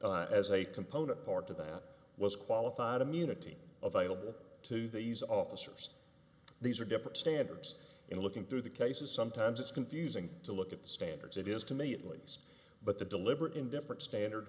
as a component part of that was qualified immunity available to these officers these are different standards in looking through the cases sometimes it's confusing to look at the standards it is to me at least but the deliberate indifference standard